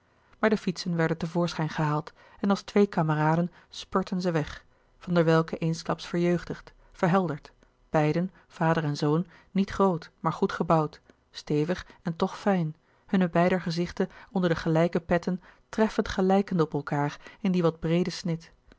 maar de fietsen werden te voorschijn gehaald en als twee kameraden spurtten zij weg van der welcke eensklaps verjeugdigd verhelderd beiden vader en zoon niet groot maar goed gebouwd stevig en toch fijn hunne beider gezichten onder de gelijke louis couperus de boeken der kleine zielen petten treffend gelijkende op elkaâr in die wat breeden snit